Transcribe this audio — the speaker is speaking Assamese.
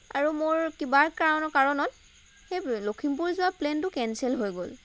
আৰু মোৰ কিবা কাৰণত সেই লখিমপুৰ যোৱা প্লেনটো কেঞ্চেল হৈ গ'ল